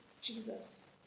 Jesus